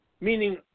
Meaning